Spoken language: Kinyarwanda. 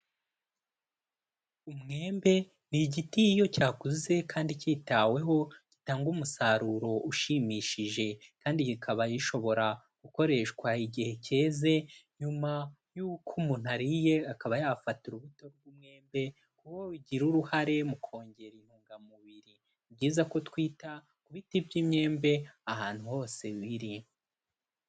Umwembe ni igiti iyo cyakuze kandi kitaweho gitanga umusaruro ushimishije kandi kikaba gishobora gukoreshwa igihe keze nyuma y'uko umuntu ariye akaba yafata urubuto rw'umwembe kuko rugira uruhare mu kongera intungamubiri. Ni byiza ko twita ku biti by'imyembe ahantu hose biri.